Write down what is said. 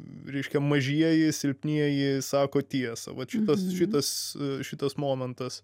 reiškia mažieji silpnieji sako tiesą vat šitas šitas šitas momentas